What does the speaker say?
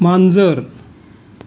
मांजर